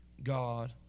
God